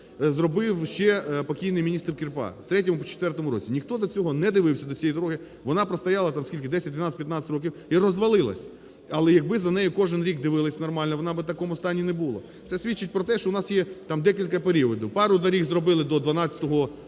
зробив ще покійний міністр Кірпа в 2003-2004 році, ніхто до цього не дивився до цієї дороги, вона простояла там скільки: 10,12, 15 років - і розвалилася. Але якби за нею кожен рік дивилися нормально, вона би в такому стані не була. Це свідчить про те, що у нас є там декілька періодів. Пару доріг зробили до 2012-го року,